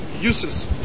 uses